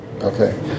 Okay